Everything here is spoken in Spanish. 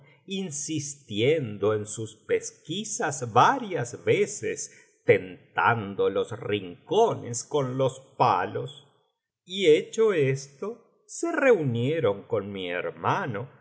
insistiendo en sus pesquisas varias veces tentando los rincones con los palos y hecho esto se reunieron con mi hermano